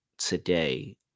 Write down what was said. today